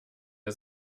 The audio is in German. der